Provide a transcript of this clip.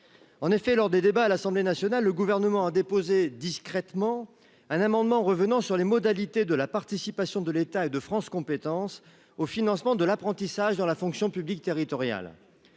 En effet, lors des débats à l'Assemblée nationale, le Gouvernement a déposé, discrètement, un amendement tendant à revenir sur les modalités de la participation de l'État et de France compétences au financement de l'apprentissage dans la fonction publique territoriale.